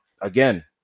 again